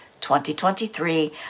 2023